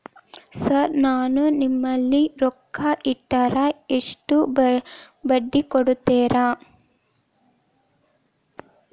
Sir ನಾನು ನಿಮ್ಮಲ್ಲಿ ರೊಕ್ಕ ಇಟ್ಟರ ಎಷ್ಟು ಬಡ್ಡಿ ಕೊಡುತೇರಾ?